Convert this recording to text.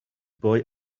boy